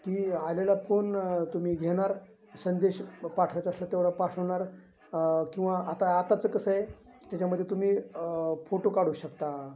की आलेला फोन तुम्ही घेणार संदेश पाठवायचा असला तेवढा पाठवणार किंवा आता आताचं कसं आहे त्याच्यामध्ये तुम्ही फोटो काढू शकता